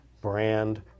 brand